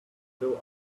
still